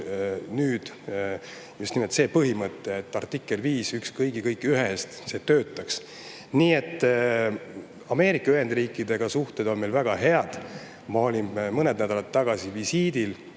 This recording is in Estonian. Et just nimelt see põhimõte, artikkel 5, üks kõigi, kõik ühe eest, töötaks. Ka Ameerika Ühendriikidega suhted on meil väga head. Ma olin mõned nädalad tagasi seal visiidil.